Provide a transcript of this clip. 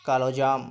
কালোজাম